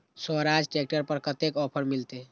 Swaraj tractor पर कतेक offer मिलते?